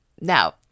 Now